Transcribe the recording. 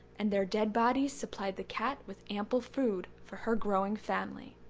and their dead bodies supplied the cat with ample food for her growing family.